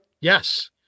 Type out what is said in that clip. yes